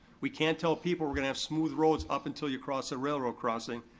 we can't tell people we're gonna have smooth roads up until you cross a railroad crossing.